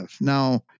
Now